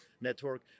network